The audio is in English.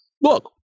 look